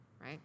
right